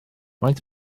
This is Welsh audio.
faint